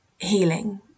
healing